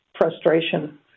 frustration